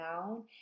down